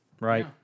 right